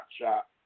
shot